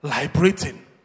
liberating